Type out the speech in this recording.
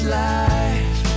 life